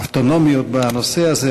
אוטונומיות בנושא הזה.